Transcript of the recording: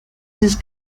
sus